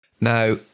Now